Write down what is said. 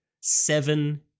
seven